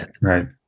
right